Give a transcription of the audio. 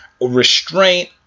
restraint